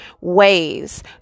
ways